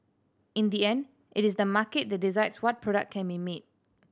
in the end it is the market that decides what product can be made